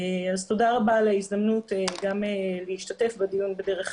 תודה רבה על ההזדמנות להשתתף בדיון בדרך